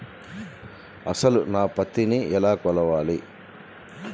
అసలు నా పత్తిని ఎలా కొలవాలి?